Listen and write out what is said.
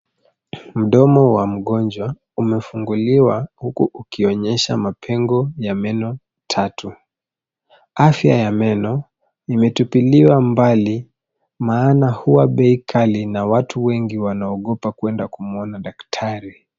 Mdomo wa mgonjwa umefunguliwa huku ukionyesha mapengo ya meno tatu, afya ya meno imetupiliwa mbali maana huwa bei kali na watu wengi wanaogopa kwenda kumwona daktari.